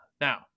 Now